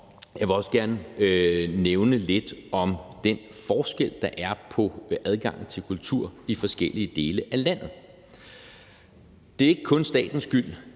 Jeg vil også gerne nævne lidt om den forskel, der er på adgangen til kultur i forskellige dele af landet. Det er ikke kun statens skyld,